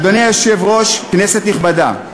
אדוני היושב-ראש, כנסת נכבדה,